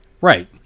Right